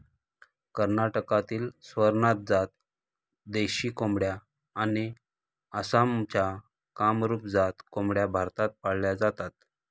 कर्नाटकातील स्वरनाथ जात देशी कोंबड्या आणि आसामच्या कामरूप जात कोंबड्या भारतात पाळल्या जातात